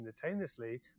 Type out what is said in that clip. simultaneously